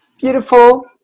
Beautiful